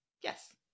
yes